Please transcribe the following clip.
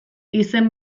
izen